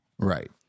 Right